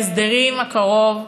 בחוק ההסדרים הקרוב,